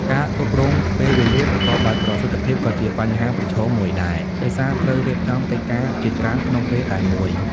ការគ្រប់គ្រងពេលវេលា ប្រកបដោយប្រសិទ្ធភាពក៏ជាបញ្ហាប្រឈមមួយដែរ ដោយសារត្រូវរៀបចំកិច្ចការជាច្រើនក្នុងពេលតែមួយ។